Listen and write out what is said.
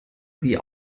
sie